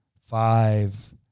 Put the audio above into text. five